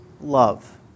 love